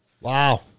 Wow